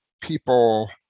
people